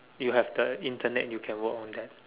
you have the Internet you can work on that